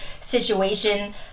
situation